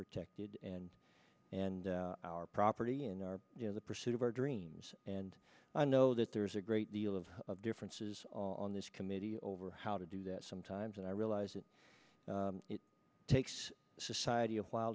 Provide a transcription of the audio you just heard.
protected and and our property and our you know the pursuit of our dreams and i know that there is a great deal of differences on this committee over how to do that sometimes and i realize it takes society a while